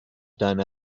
deine